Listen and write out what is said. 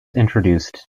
introduced